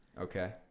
Okay